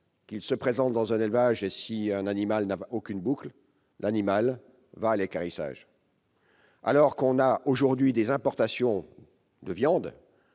s'ils se présentent dans un élevage et qu'un animal n'a aucune boucle, celui-ci va à l'équarrissage. Or il y a aujourd'hui des importations de viande